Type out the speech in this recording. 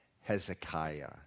Hezekiah